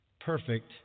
perfect